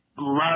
love